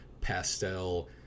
pastel